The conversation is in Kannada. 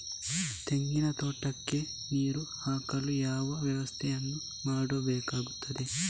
ತೆಂಗಿನ ತೋಟಕ್ಕೆ ನೀರು ಹಾಕಲು ಯಾವ ವ್ಯವಸ್ಥೆಯನ್ನು ಮಾಡಬೇಕಾಗ್ತದೆ?